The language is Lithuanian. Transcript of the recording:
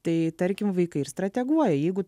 tai tarkim vaikai ir strateguoja jeigu